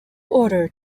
order